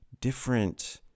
different